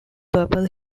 purple